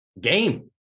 game